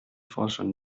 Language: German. forschern